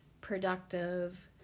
productive